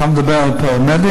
אתה מדבר על פרמדיק?